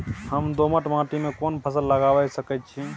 हम दोमट माटी में कोन फसल लगाबै सकेत छी?